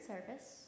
service